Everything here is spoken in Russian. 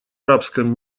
арабском